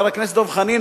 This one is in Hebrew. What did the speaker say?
חבר הכנסת דב חנין,